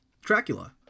Dracula